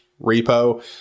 repo